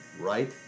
right